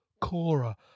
Cora